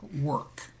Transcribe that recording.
work